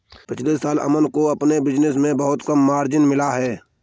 पिछले साल अमन को अपने बिज़नेस से बहुत कम मार्जिन मिला